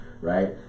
right